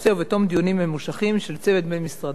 ובתום דיונים ממושכים של צוות בין-משרדי,